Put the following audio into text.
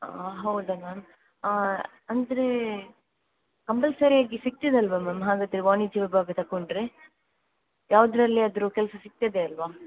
ಹಾಂ ಹೌದಾ ಮ್ಯಾಮ್ ಅಂದರೆ ಕಂಪಲ್ಸರಿ ಆಗಿ ಸಿಕ್ತಿದೆ ಅಲ್ವಾ ಮ್ಯಾಮ್ ಹಾಗಾದರೆ ವಾಣಿಜ್ಯ ವಿಭಾಗ ತಗೊಂಡ್ರೆ ಯಾವುದ್ರಲ್ಲಿ ಆದರೂ ಕೆಲಸ ಸಿಕ್ತದೆ ಅಲ್ವಾ